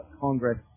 Congress